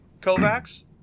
Kovacs